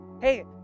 Hey